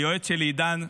היועץ שלי עידן.